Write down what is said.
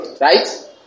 Right